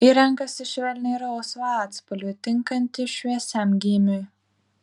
ji renkasi švelniai rausvą atspalvį tinkantį šviesiam gymiui